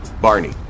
Barney